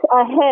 ahead